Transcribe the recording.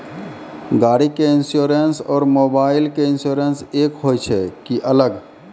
गाड़ी के इंश्योरेंस और मोबाइल के इंश्योरेंस एक होय छै कि अलग?